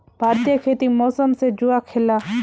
भारतीय खेती मौसम से जुआ खेलाह